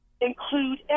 include